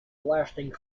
lasting